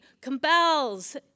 compels